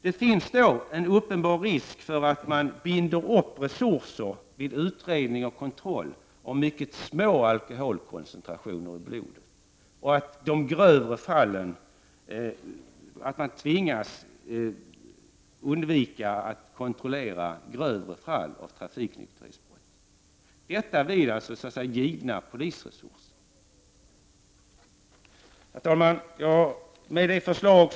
Det finns en uppenbar risk för att resurser binds upp vid utredningar och kontroller redan vid mycket små alkoholkoncentrationer i blodet. När det gäller grövre trafiknykterhetsbrott tvingas man däremot undvika kontroller.